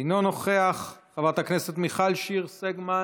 אינו נוכח, חברת הכנסת מיכל שיר סגמן,